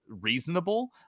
reasonable